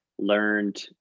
learned